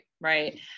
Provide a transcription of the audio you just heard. right